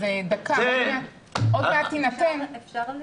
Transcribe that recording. אפשר להתייחס?